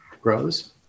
grows